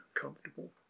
comfortable